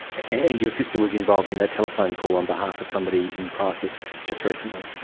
and your sister was involved in that telephone call on behalf of somebody in crisis just recently?